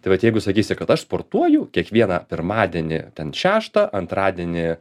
tai vat jeigu sakysi kad aš sportuoju kiekvieną pirmadienį ten šeštą antradienį